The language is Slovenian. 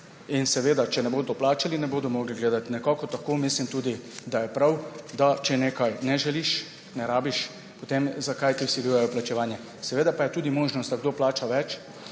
in seveda, če ne bodo plačali, ne bodo morali gledati. Nekako tako mislim, da je tudi prav. Če nekaj ne želiš, ne rabiš, zakaj ti potem vsiljujejo plačevanje. Seveda pa je tudi možnost, da kdo plača več.